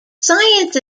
science